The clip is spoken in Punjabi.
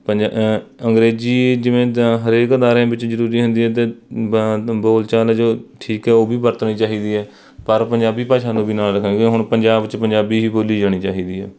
ਪੰਜਾ ਅੰਗਰੇਜ਼ੀ ਜਿਵੇਂ ਜ ਹਰੇਕ ਅਦਾਰਿਆਂ ਵਿਚ ਜ਼ਰੂਰੀ ਹੁੰਦੀ ਹੈ ਅਤੇ ਬ ਬੋਲਚਾਲ ਜੋ ਠੀਕ ਹੈ ਉਹ ਵੀ ਵਰਤਣੀ ਚਾਹੀਦੀ ਹੈ ਪਰ ਪੰਜਾਬੀ ਭਾਸ਼ਾ ਨੂੰ ਵੀ ਨਾਲ ਰੱਖਣਾ ਹੁਣ ਪੰਜਾਬ 'ਚ ਪੰਜਾਬੀ ਹੀ ਬੋਲੀ ਜਾਣੀ ਚਾਹੀਦੀ ਹੈ